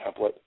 template